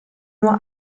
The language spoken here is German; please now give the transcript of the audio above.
nur